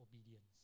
obedience